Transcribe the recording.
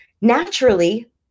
naturally